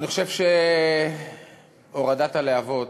אני חושב שהורדת גובה להבות